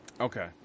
Okay